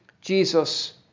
Jesus